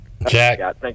Jack